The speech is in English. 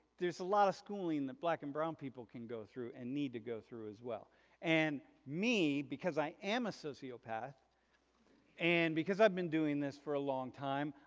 there's a lot of schooling that black and brown people can go through and need to go through as well and me, because i am a sociopath and because i've been doing this for a long time,